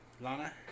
Lana